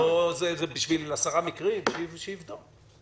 --- זה בשביל 10 מיקרים שיבדוק.